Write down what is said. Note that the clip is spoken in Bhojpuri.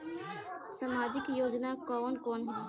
सामाजिक योजना कवन कवन ह?